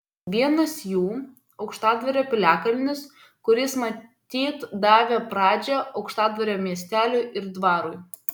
vienas jų aukštadvario piliakalnis kuris matyt davė pradžią aukštadvario miesteliui ir dvarui